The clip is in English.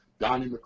Donnie